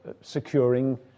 securing